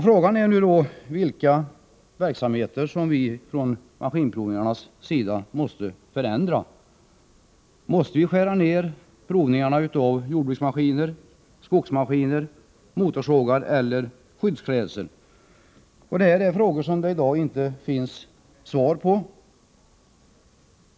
Frågan är nu vilka verksamheter som vi från statens maskinprovningars sida måste förändra. Måste vi skära ned provningarna av jordbruksmaskiner, skogsmaskiner, motorsågar eller skyddsklädsel? Det är frågor som det i dag inte finns svar på.